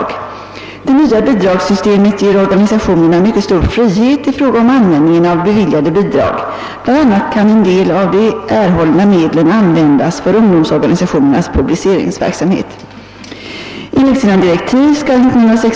ger organisationerna mycket stor frihet i fråga om användningen av beviljade bidrag. Bland annat kan en del av de erhållna medlen användas för ungdomsorganisationernas publiceringsverksamhet.